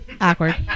Awkward